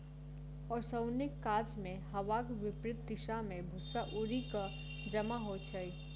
ओसौनीक काजमे हवाक विपरित दिशा मे भूस्सा उड़ि क जमा होइत छै